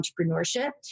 entrepreneurship